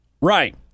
Right